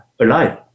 alive